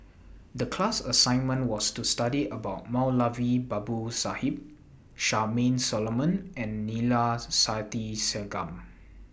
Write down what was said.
The class assignment was to study about Moulavi Babu Sahib Charmaine Solomon and Neila Sathyalingam